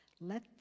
Let